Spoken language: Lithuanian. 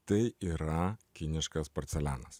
tai yra kiniškas porcelianas